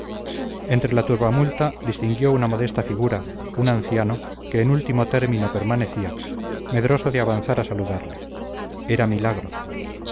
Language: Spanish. entre la turbamulta distinguió una modesta figura un anciano que en último término permanecía medroso de avanzar a saludarle era milagro